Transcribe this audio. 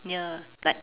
near like